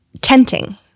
tenting